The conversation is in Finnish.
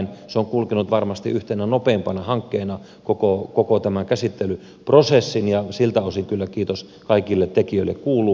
se on kulkenut varmasti yhtenä nopeimpana hankkeena koko tämän käsittelyprosessin ja siltä osin kyllä kiitos kaikille tekijöille kuuluu